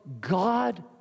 God